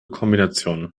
kombination